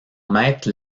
maître